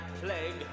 plague